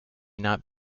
not